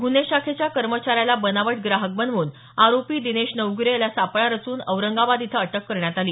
गुन्हे शाखेच्या कर्मचाऱ्याला बनावट ग्राहक बनवून आरोपी दिनेश नवगिरे याला सापळा रचून औरंगाबाद इथं अटक करण्यात आली